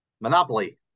monopoly